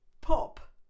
pop